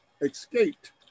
escaped